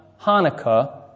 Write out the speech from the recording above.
Hanukkah